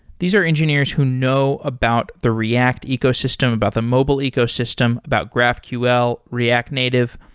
these are engineers who know about the react ecosystem, about the mobile ecosystem, about graphql, react native.